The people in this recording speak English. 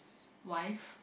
wife